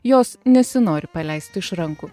jos nesinori paleist iš rankų